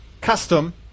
custom